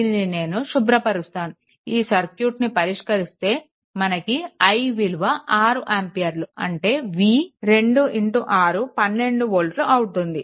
దీనిని నేను శుభ్రపరుస్తాను ఈ సర్క్యూట్ని పరిష్కరిస్తే మనకి i విలువ 6 ఆంపియర్లు అంటే v 2 6 12 వోల్ట్లు అవుతుంది